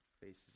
faces